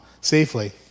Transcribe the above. safely